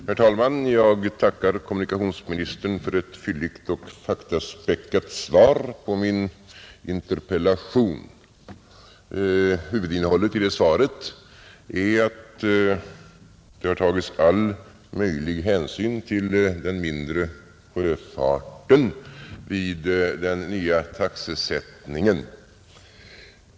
Herr talman! Jag tackar kommunikationsministern för ett fylligt och faktaspäckat svar på min interpellation, Huvudinnehållet i svaret är att det tagits all möjlig hänsyn till den mindre sjöfarten vid den nya taxesättningen.